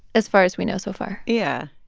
as far as we know so far yeah.